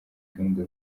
gahunda